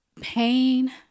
pain